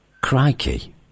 crikey